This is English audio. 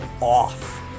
off